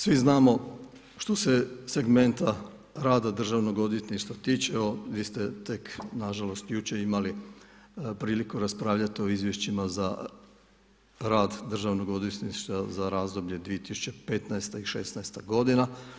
Svi znamo što se segmenta rada Državnog odvjetništva tiče, vi ste tek nažalost jučer imali priliku raspravljati o izvješćima za rad Državnog odvjetništva za razdoblje 2015. i '16. godina.